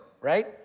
right